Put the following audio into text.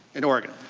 in oregon.